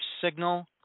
signal